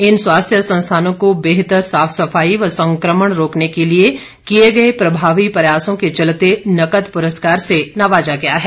इन स्वास्थ्य संस्थानों को बेहतर साफ सफाई व संक्रमण रोकने के लिए किए गए प्रभावी प्रयासों के चलते नकद पुरस्कार से नवाजा गया है